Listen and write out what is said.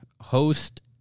host